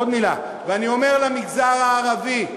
עוד מילה אני אומר למגזר הערבי: